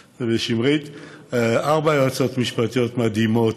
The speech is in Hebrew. ארבע יועצות משפטיות מדהימות,